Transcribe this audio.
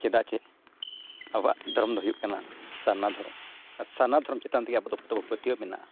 ᱪᱮᱫᱟᱜ ᱥᱮ ᱟᱵᱚᱣᱟᱜ ᱫᱷᱚᱨᱚᱢ ᱫᱚ ᱦᱩᱭᱩᱜ ᱠᱟᱱᱟ ᱥᱟᱨᱱᱟ ᱫᱷᱚᱨᱚᱢ ᱟᱨ ᱥᱟᱨᱱᱟ ᱫᱷᱚᱨᱚᱢ ᱪᱮᱛᱟᱱ ᱛᱮᱜᱮ ᱟᱵᱚ ᱫᱚ ᱛᱟᱵᱚ ᱯᱟᱹᱛᱭᱟᱹᱣ ᱢᱮᱱᱟᱜᱼᱟ